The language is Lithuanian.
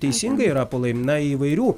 teisingai rapolai na įvairių